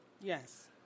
Yes